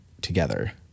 together